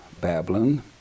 Babylon